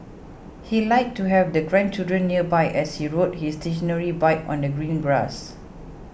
he liked to have the grandchildren nearby as he rode his stationary bike on the green grass